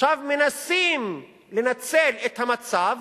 עכשיו מנסים לנצל את המצב.